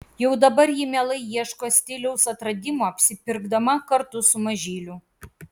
jau dabar ji mielai ieško stiliaus atradimų apsipirkdama kartu su mažyliu